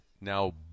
now